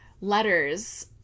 letters